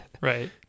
right